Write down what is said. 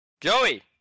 Joey